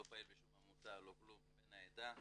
לא פעיל בשום עמותה, בן העדה.